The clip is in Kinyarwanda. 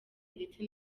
ndetse